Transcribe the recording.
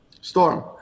Storm